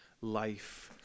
life